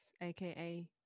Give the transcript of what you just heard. aka